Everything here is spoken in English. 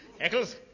Eccles